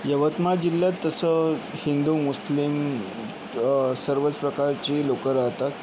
यवतमाळ जिल्ह्यात तसं हिंदू मुस्लिम सर्वच प्रकारची लोकं राहतात